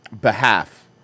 behalf